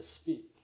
speak